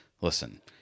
listen